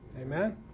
Amen